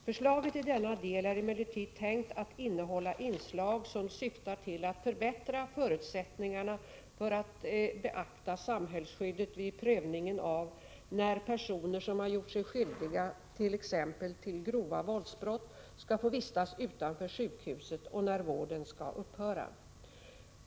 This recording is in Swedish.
Förslaget i denna del är emellertid tänkt att innehålla inslag som syftar till att förbättra förutsättningarna för att beakta samhällsskyddet vid prövningen av när 17 personer som har gjort sig skyldiga t.ex. till grova våldsbrott skall få vistas utanför sjukhuset och när vården skall upphöra.